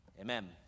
Amen